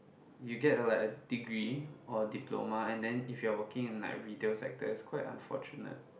you get a like a degree or diploma and then if you are working in like readers like this quite unfortunate